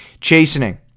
Chastening